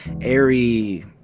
airy